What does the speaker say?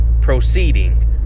proceeding